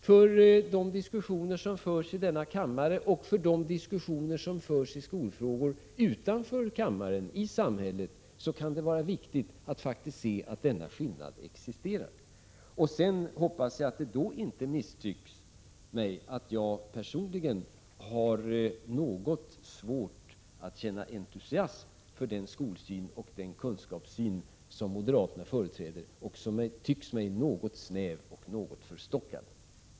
För de diskussioner i skolfrågor som förs i denna kammare och som förs ute i samhället kan det vara viktigt att konstatera att denna skillnad faktiskt existerar. Jag hoppas att man mot den bakgrunden inte misstycker att jag personligen har något svårt att känna entusiasm för den skolsyn och den kunskapssyn som moderaterna företräder och som tycks mig något snäv och något förstockad.